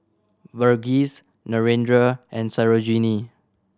Verghese Narendra and Sarojini